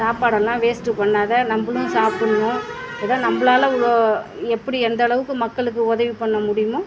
சாப்பாடெல்லாம் வேஸ்ட் பண்ணாது நம்மளும் சாப்பிட்ணும் எதோ நம்மளால ஓ எப்படி எந்த அளவுக்கு மக்களுக்கு உதவி பண்ண முடியுமோ